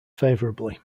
favourably